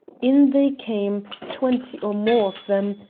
in they came, twenty or more of them,